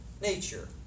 nature